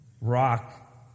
rock